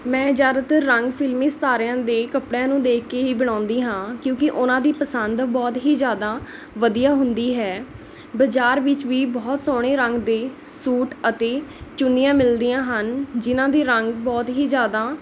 ਮੈਂ ਜ਼ਿਆਦਾਤਰ ਰੰਗ ਫਿਲਮੀ ਸਿਤਾਰਿਆਂ ਦੇ ਕੱਪੜਿਆਂ ਨੂੰ ਦੇਖਕੇ ਹੀ ਬਣਾਉਂਦੀ ਹਾਂ ਕਿਉਂਕਿ ਉਹਨਾਂ ਦੀ ਪਸੰਦ ਬਹੁਤ ਹੀ ਜ਼ਿਆਦਾ ਵਧੀਆ ਹੁੰਦੀ ਹੈ ਬਜ਼ਾਰ ਵਿੱਚ ਵੀ ਬਹੁਤ ਸੋਹਣੇ ਰੰਗ ਦੇ ਸੂਟ ਅਤੇ ਚੁੰਨੀਆਂ ਮਿਲਦੀਆਂ ਹਨ ਜਿਹਨਾਂ ਦੇ ਰੰਗ ਬਹੁਤ ਹੀ ਜ਼ਿਆਦਾ